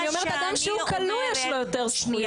אני אומרת שלאדם שהוא כלוא יש יותר זכויות.